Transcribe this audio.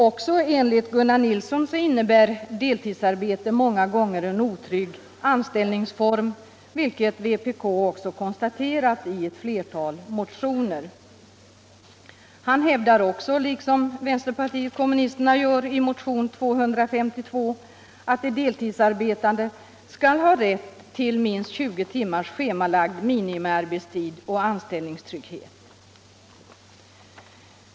Också enligt Gunnar Nilsson innebär deltidsarbete många gånger en otrygg anställningsform, vilket vpk också konstaterat i ett flertal motioner. Han hävdar också, liksom vänsterpartiet kommunisterna gör i motionen 252, att de deltidsarbetande skall ha rätt till minst 20 timmars schemalagd minimiarbetstid och anställningstrygghet.